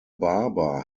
barber